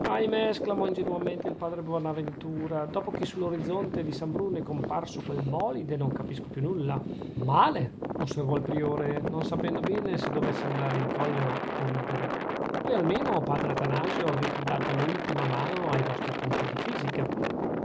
esclamò ingenuamente il padre bonaventura dopo che sull'orizzonte di san bruno è comparso quel bòlide non capisco più nulla male osservò il priore non sapendo bene se dovesse andare in collera o ridere voi almeno padre atanasio avrete data l'ultima mano ai vostri appunti di fisica